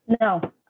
No